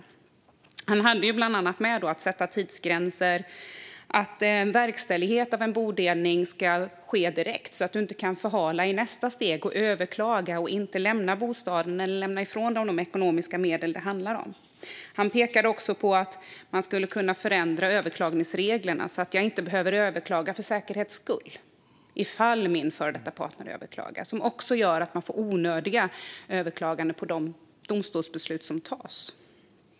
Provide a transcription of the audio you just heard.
Örjan Teleman hann bland annat sätta tidsgränser. Verkställighet av en bodelning ska ske direkt så att man inte kan förhala i nästa steg och överklaga och inte lämna bostaden eller lämna ifrån sig de ekonomiska medel det handlar om. Han pekade också på att reglerna för överklagan skulle kunna förändras, så att man inte behöver överklaga för säkerhets skull, ifall den före detta partnern överklagar. Det leder också till onödiga överklaganden av de domstolsbeslut som fattas.